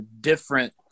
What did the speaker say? different